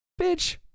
Bitch